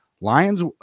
Lions